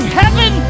heaven